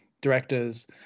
directors